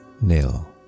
Nil